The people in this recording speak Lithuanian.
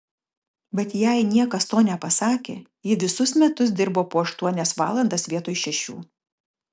bet jai niekas to nepasakė ji visus metus dirbo po aštuonias valandas vietoj šešių